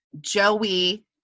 joey